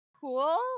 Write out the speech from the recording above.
cool